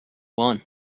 one